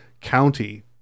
county